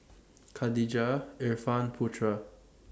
Khadija Irfan Putra